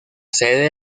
sede